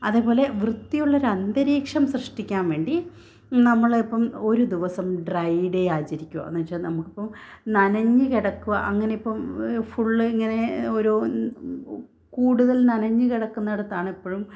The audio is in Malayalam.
അതേപോലെ വൃത്തിയുള്ളൊരു അന്തരീക്ഷം സൃഷ്ടിക്കാൻ വേണ്ടി നമ്മളിപ്പം ഒരു ദിവസം ഡ്രൈ ഡേ ആചരിക്കുക എന്നു വെച്ചാൽ നമുക്കിപ്പം നനഞ്ഞ് കിടക്കുക അങ്ങനെ ഇപ്പം ഫുള്ള് ഇങ്ങനെ ഒരു കൂടുതൽ നനഞ്ഞ് കിടക്കുന്നിടത്താണ് എപ്പോഴും